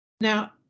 Now